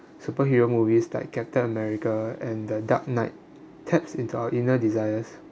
superhero movies like captain america and the dark knight taps into our inner desires